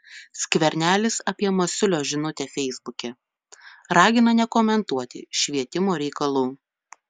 skvernelis apie masiulio žinutę feisbuke ragina nekomentuoti švietimo reikalų